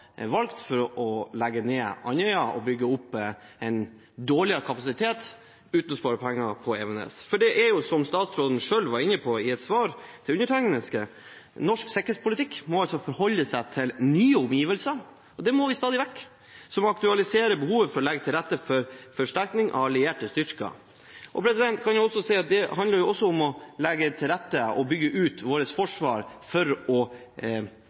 valgt for å legge ned Andøya og bygge opp en dårligere kapasitet, uten å spare penger, på Evenes. Som statsråden selv var inne på i et svar til meg, må norsk sikkerhetspolitikk altså forholde seg til nye omgivelser – det må vi stadig vekk – som aktualiserer behovet for å legge til rette for forsterkning av allierte styrker. En kan si at det også handler om å legge til rette og bygge ut vårt forsvar for å